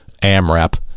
Amrap